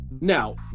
Now